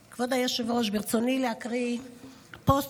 נכבדה, כבוד היושב-ראש, ברצוני להקריא פוסט